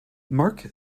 mark